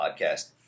podcast